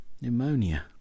Pneumonia